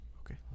Okay